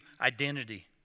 identity